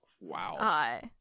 Wow